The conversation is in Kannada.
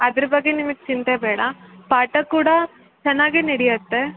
ಅದ್ರ ಬಗ್ಗೆ ನಿಮಗ್ ಚಿಂತೆ ಬೇಡ ಪಾಠ ಕೂಡ ಚೆನ್ನಾಗೇ ನಡೆಯುತ್ತೆ